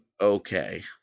okay